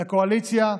מהקואליציה,